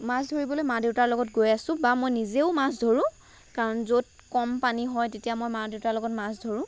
মাছ ধৰিবলৈ মা দেউতাৰ লগত গৈ আছোঁ বা মই নিজেও মাছ ধৰোঁ কাৰণ য'ত কম পানী হয় তেতিয়া মই মা দেউতাৰ লগত মাছ ধৰোঁ